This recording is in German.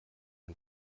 ein